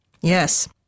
Yes